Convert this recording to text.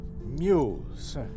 muse